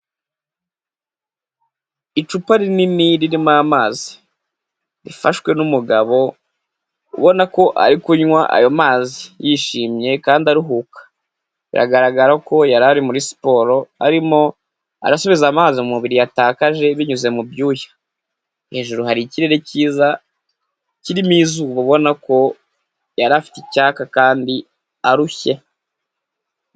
Icupa rinini ririmo amazi rifashwe n'umugabo ubona ko ari kunwa ayo mazi yishimye kandi aruhuka. Biragaragara ko yari ari muri siporo arimo arasubiza amazi mubiri yatakaje binyuze mu byuya. Hejuru hari ikirere kiza kirimo izuba ubona ko yari afite icyaka kandi arushye.